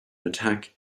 attack